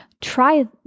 try